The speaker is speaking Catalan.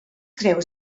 creus